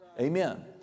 Amen